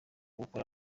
gukora